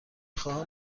خواهم